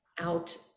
out